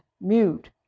mute